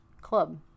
club